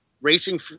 racing